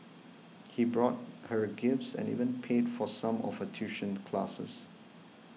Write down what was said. he bought her gifts and even paid for some of her tuition classes